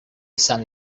san